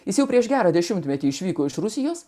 jis jau prieš gerą dešimtmetį išvyko iš rusijos